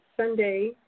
Sunday